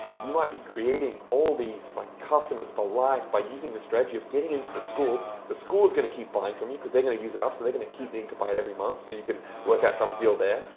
you might be creating all these like customers for life by using this strategy of getting into the school. the school's gonna keep buying from you cause they're gonna use it um so they're gonna keep needing to buy it every month, so you can work out some deal there.